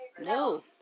No